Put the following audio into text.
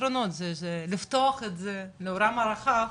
לפתוח את זה לעולם הרחב,